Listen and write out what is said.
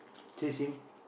change him